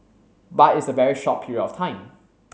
but it's a very short period of time